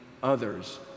others